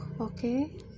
okay